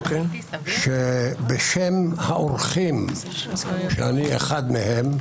בשם האורחים שאני אחד מהם,